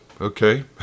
okay